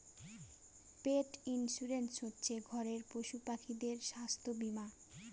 পেট insurance হচ্ছে ঘরের পশুপাখিদের স্বাস্থ্য বীমা